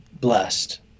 blessed